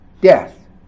death